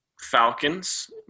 Falcons